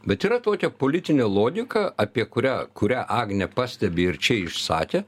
bet yra tokia politinė logika apie kurią kurią agnė pastebi ir čia išsakė